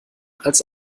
als